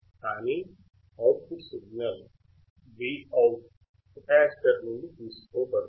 కానీ output signal Vout capacitor నుండి తీసుకోబడుతుంది